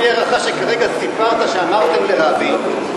לפי ההערכה שכרגע סיפרת שאמרתם לרבין,